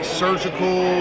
surgical